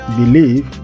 believe